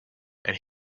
and